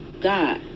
God